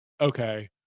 okay